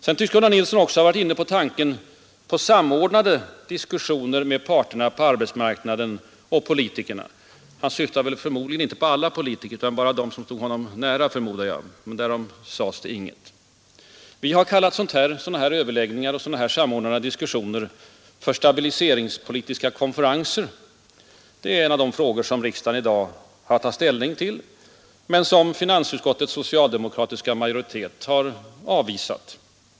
Gunnar Nilsson tycks också ha varit inne på tanken på samordnade diskussioner med parterna på arbetsmarknaden och politikerna. Hans syftar förmodligen inte på alla politiker, utan bara på dem som står honom nära, men därom sades inget. Vi har kallat sådana här överläggningar och samordnade diskussioner för stabiliseringspolitiska konferenser, en av de frågor som riksdagen i dag har att ta ställning till men som finansutskottets socialdemokratiska majoritet har avvisat.